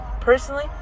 personally